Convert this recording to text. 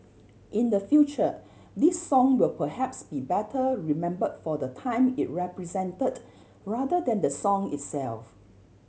in the future this song will perhaps be better remember for the time it represented rather than the song itself